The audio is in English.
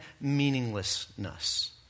meaninglessness